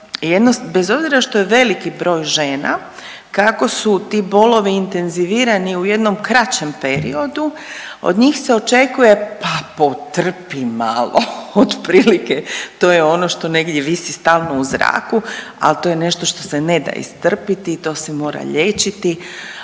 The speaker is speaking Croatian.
bez obzira što je veliki broj žena kako su ti bolovi intenzivirani u jednom kraćem periodu od njih se očekuje pa potrpi malo, otprilike to je ono što negdje visi stalno u zraku, al to je nešto što se ne da istrpiti i to se mora liječiti,